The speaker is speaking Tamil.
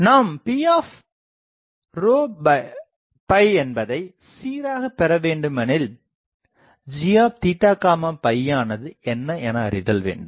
நாம் P என்பதைச் சீராகப் பெற வேண்டுமெனில்gயானது என்ன எனஅறிதல் வேண்டும்